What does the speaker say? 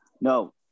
No